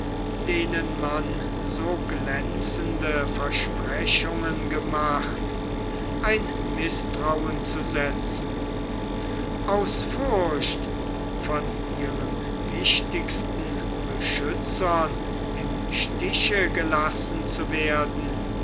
denen man so glänzende versprechungen gemacht ein mißtrauen zu setzen aus furcht von ihren wichtigsten beschützern im stiche gelassen zu werden